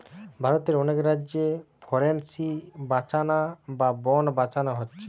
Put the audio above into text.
ভারতের অনেক রাজ্যে ফরেস্ট্রি বাঁচানা বা বন বাঁচানা হচ্ছে